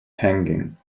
hanging